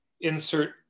insert